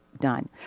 Done